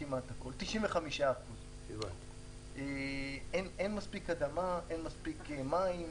95%. אין מספיק אדמה ואין מספיק מים,